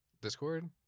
Discord